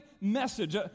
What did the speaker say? Message